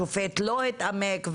השופט לא התעמק.